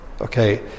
okay